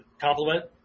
compliment